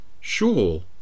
Sure